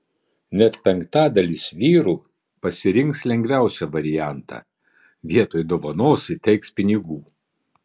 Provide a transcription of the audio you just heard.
net penktadalis vyrų pasirinks lengviausią variantą vietoj dovanos įteiks pinigų